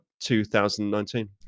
2019